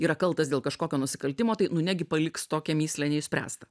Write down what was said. yra kaltas dėl kažkokio nusikaltimo tai nu negi paliks tokią mįslę neišspręstą